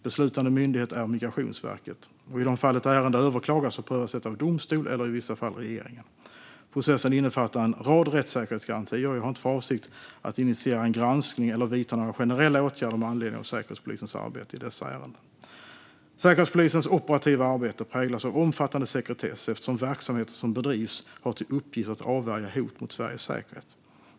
Beslutande myndighet är Migrationsverket. I de fall ett ärende överklagas prövas detta av domstol eller i vissa fall regeringen. Processen innefattar en rad rättssäkerhetsgarantier, och jag har inte för avsikt att initiera en granskning eller vidta några generella åtgärder med anledning av Säkerhetspolisens arbete i dessa ärenden. Säkerhetspolisens operativa arbete präglas av omfattande sekretess eftersom verksamheten som bedrivs har till uppgift att avvärja hot mot Sveriges säkerhet.